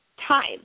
time